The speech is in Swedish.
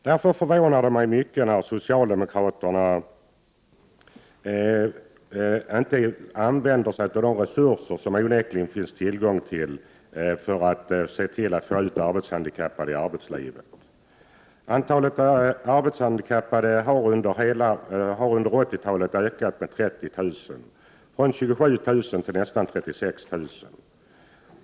Därför förvånar det mig mycket när socialdemokraterna inte använder sig av de resurser som onekligen finns tillgängliga för att se till att arbetshandikappade kommer ut i arbetslivet. Antalet arbetssökande arbetshandikappade har under 1980-talet ökat från 27 000 till 36 000.